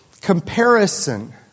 Comparison